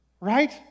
Right